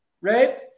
Right